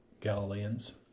Galileans